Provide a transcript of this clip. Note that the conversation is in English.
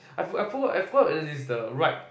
I forgot I forgot it is the right